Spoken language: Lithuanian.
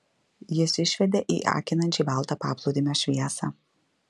jis išvedė į akinančiai baltą paplūdimio šviesą